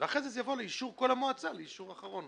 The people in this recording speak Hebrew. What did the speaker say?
ואחרי זה זה יבוא לאישור כל המועצה לאישור אחרון.